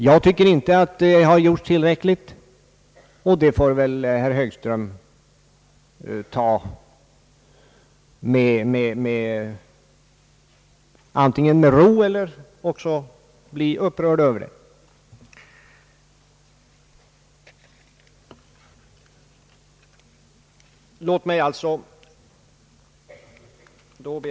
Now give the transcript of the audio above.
Jag tycker inte att det har gjorts tillräckligt, och det får väl herr Högström antingen ta med ro eller också bli upprörd över.